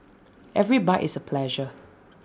every bite is A pleasure